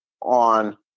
on